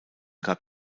gab